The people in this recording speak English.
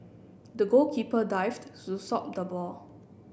the goalkeeper dived to stop the ball